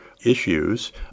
issues